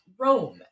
Rome